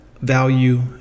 value